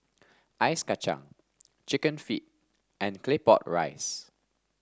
Ice Kacang chicken feet and Claypot Rice